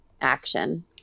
action